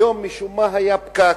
היום, משום מה, היה פקק.